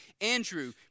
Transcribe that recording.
Andrew